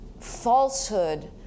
falsehood